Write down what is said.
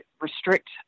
restrict